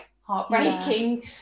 heartbreaking